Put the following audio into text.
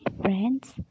friends